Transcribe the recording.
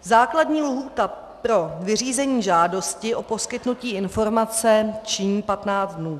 Základní lhůta pro vyřízení žádosti o poskytnutí informace činí 15 dnů.